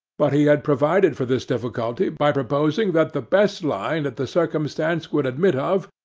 but he had provided for this difficulty by proposing that the best line that the circumstances would admit of,